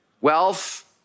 wealth